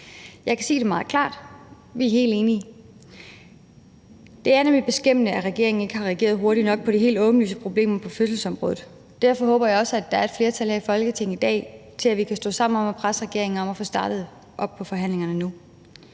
Jeg kan sige det meget klart: Vi er helt enige. Det er nemlig beskæmmende, at regeringen ikke har reageret hurtigt nok på de helt åbenlyse problemer på fødselsområdet, og derfor håber jeg også, at der i dag er et flertal her i Folketinget for, at vi kan stå sammen om at presse regeringen til at få startet forhandlingerne nu.